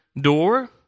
door